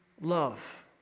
love